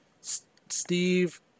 Steve